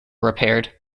repaired